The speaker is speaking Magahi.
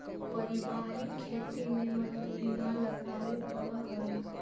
पारिवारिक खेती में मजदूरी न लगावे पड़ऽ हइ